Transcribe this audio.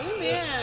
Amen